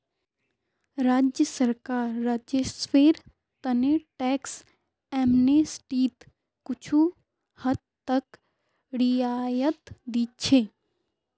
राज्य सरकार राजस्वेर त न टैक्स एमनेस्टीत कुछू हद तक रियायत दी छेक